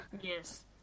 yes